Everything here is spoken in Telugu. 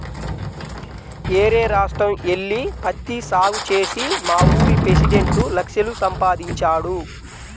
యేరే రాష్ట్రం యెల్లి పత్తి సాగు చేసి మావూరి పెసిడెంట్ లక్షలు సంపాదించాడు